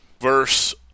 verse